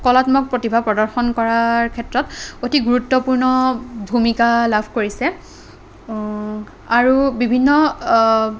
কলাত্মক প্ৰতিভা প্ৰদৰ্শন কৰাৰ ক্ষেত্ৰত অতি গুৰুত্বপূৰ্ণ ভূমিকা লাভ কৰিছে আৰু বিভিন্ন